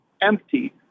empty